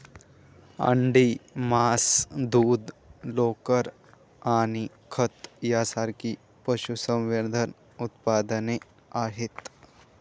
अंडी, मांस, दूध, लोकर आणि खत यांसारखी पशुसंवर्धन उत्पादने आहेत